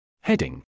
Heading